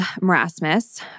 marasmus